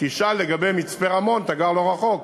תשאל לגבי מצפה-רמון, אתה גר לא רחוק.